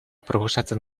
proposatzen